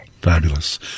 Fabulous